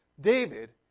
David